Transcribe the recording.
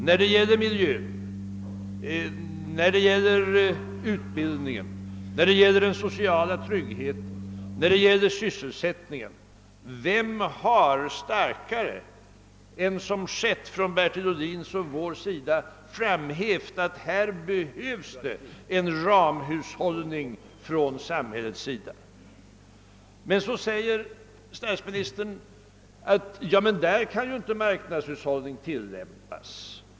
Vad beträffar miljön, utbildning en, den sociala tryggheten, sysselsättningen vill jag fråga: Vem har starkare än som skett från Bertil Ohlins och vår sida framhävt att här behövs det en ramhushållning från samhällets sida? Men så säger statsministern: Ja, men där kan ju inte marknadshushållningen tillämpas.